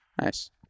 Nice